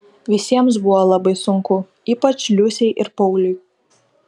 visiems buvo labai sunku ypač liusei ir pauliui